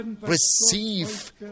receive